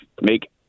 make